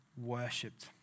Worshipped